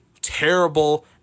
terrible